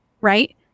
right